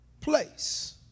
place